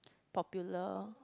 popular